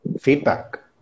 feedback